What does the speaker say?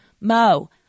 Mo